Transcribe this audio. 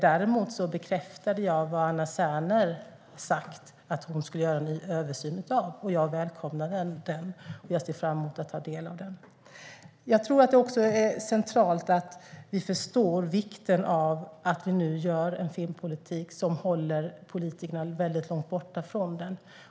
Däremot bekräftade jag vad Anna Serner sagt - att hon ska göra en översyn. Jag välkomnade detta och ser fram emot att ta del av den. Det är centralt att vi förstår vikten av att vi nu gör en filmpolitik som håller politikerna väldigt långt borta från den.